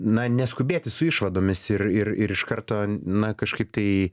na neskubėti su išvadomis ir ir ir iš karto na kažkaip tai